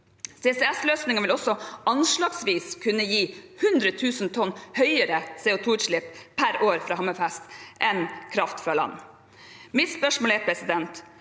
CCSløsningen vil også anslagsvis kunne gi 100 000 tonn høyere CO2-utslipp per år fra Hammerfest enn kraft fra land. Mitt spørsmål er: Mener